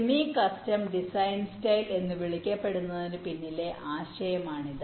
semi custom design style എന്ന് വിളിക്കപ്പെടുന്നതിന് പിന്നിലെ ആശയമാണിത്